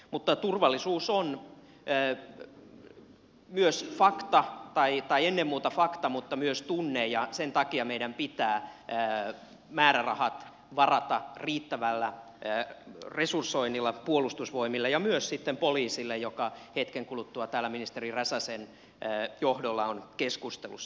mutta turvallisuus on myös fakta tai ennen muuta fakta mutta myös tunne ja sen takia meidän pitää määrärahat varata riittävällä resursoinnilla puolustusvoimille ja myös sitten poliisille joka hetken kuluttua täällä ministeri räsäsen johdolla on keskustelussa